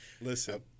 Listen